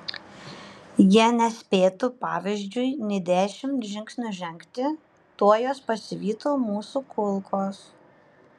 jie nespėtų pavyzdžiui nė dešimt žingsnių žengti tuoj juos pasivytų mūsų kulkos